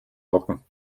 hocken